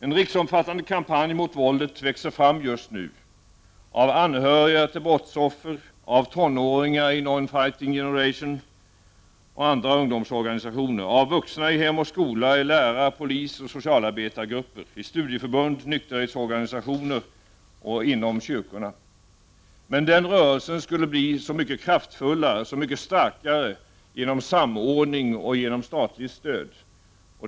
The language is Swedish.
En riksomfattande kampanj mot våldet växer fram just nu, ledd av anhöriga till brottsoffer, av tonåringar i Non Fighting Generation och andra ungdomsorganisationer, av vuxna i Hem och Skola, av lärar-, polisoch socialarbetargrupper, studieförbund, nykterhetsorganisationer och kyrkor. Men den rörelsen skulle bli så mycket kraftfullare och så mycket starkare genom samordning och genom statligt stöd.